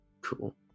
Cool